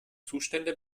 zustände